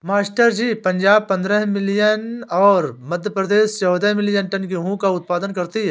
master ji Punjab पंद्रह million और मध्य प्रदेश चौदह मिलीयन टन गेहूं का उत्पादन करती है